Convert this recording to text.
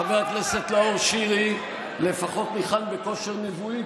חבר הכנסת נאור שירי לפחות ניחן בכושר נבואי,